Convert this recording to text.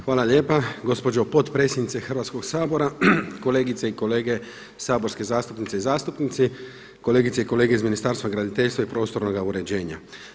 Hvala lijepa gospođo potpredsjednice Hrvatskoga sabora, kolegice i kolege saborske zastupnice i zastupnici, kolegice i kolege iz Ministarstva graditeljstva i prostornoga uređenja.